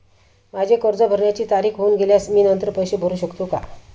माझे कर्ज भरण्याची तारीख होऊन गेल्यास मी नंतर पैसे भरू शकतो का?